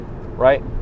right